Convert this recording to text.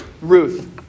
Ruth